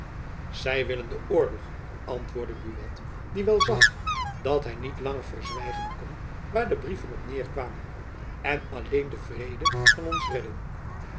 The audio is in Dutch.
zy willen den oorlog antwoordde buat die wel zag dat hy niet langer verzwijgen kon waar jacob van lennep elizabeth musch de brieven op neêr kwamen en alleen de vrede kan ons redden